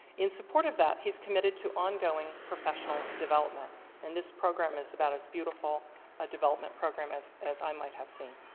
in support of that, he's committed to ongoing professional development and this program is about as beautiful ah development program as as i might have seen.